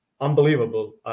unbelievable